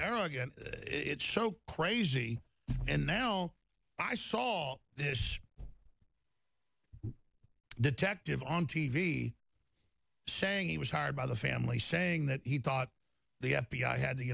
arrogant it's so crazy and now i saw this detective on t v saying he was hired by the family saying that he thought the f b i had the